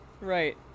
Right